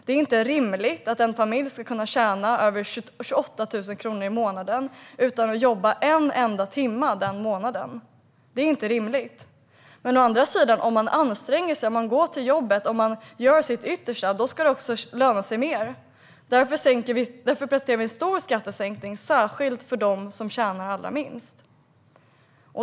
Det är inte rimligt att en familj ska kunna tjäna över 28 000 kronor i månaden utan att jobba en enda timme. Om man å andra sidan anstränger sig, går till jobbet och gör sitt yttersta ska det löna sig mer. Därför föreslår vi en stor skattesänkning, särskilt för dem som tjänar allra minst.